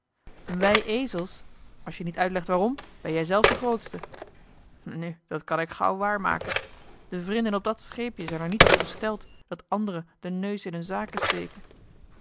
wij ezels als je niet uitlegt waarom ben jij zelf de grootste nu dat kan ik gauw waar maken de vrinden op dat scheepje zijn er niet op gesteld dat anderen den neus in hun zaken steken